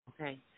Okay